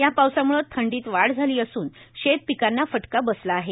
या पावसाम्ळं थंडीत वाढ झाली असून शेत पिकांना फटका बसला आहे